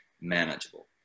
manageable